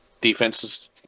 defenses